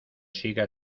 siga